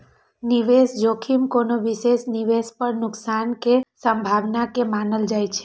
निवेश जोखिम कोनो विशेष निवेश पर नुकसान के संभावना के मानल जाइ छै